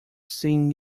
seen